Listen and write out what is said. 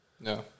No